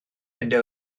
undeb